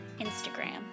Instagram